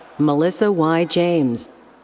melyssa y. james.